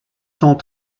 sont